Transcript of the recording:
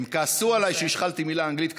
הם כעסו עליי שהשחלתי מילה באנגלית.